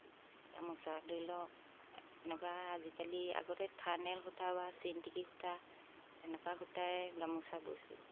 গামোচা ধৰি লওক এনেকুৱা আজিকালি আগতে থানেল সূতা বা চিন্তিকি সূতা তেনেকুৱা সূতাই গামোচা বুজি